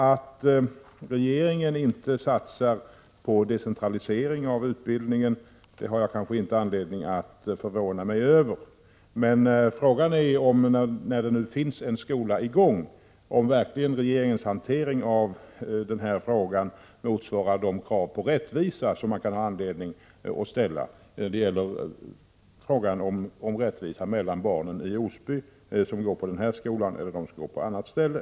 Att regeringen inte satsar på decentralisering av utbildningen har jag kanske inte anledning att förvåna mig över, men frågan är, när det nu finns en skola i gång, om regeringens hantering verkligen motsvarar de krav på rättvisa som man kan ha anledning att ställa. Det gäller rättvisa mellan de barn i Osbysom = Prot: 1986/87:129 går på den här skolan och dem som går på ett annat ställe.